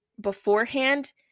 beforehand